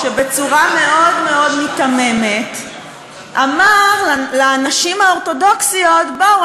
שבצורה מאוד מאוד מיתממת אמר לנשים האורתודוקסיות: בואו,